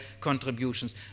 contributions